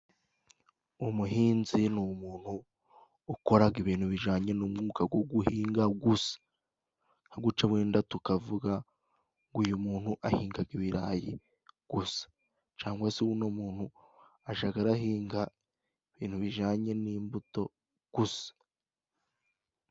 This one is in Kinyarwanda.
Umuhinzi ni umuntu ukoraga ibintu bijanye n'umwuga go guhinga gusa. Nka guca wenda tukavuga ngo uyu muntu ahingaga ibirayi gusa, cyangwa se uno muntu ajaga ahinga ibintu bijanye n'imbuto gusa.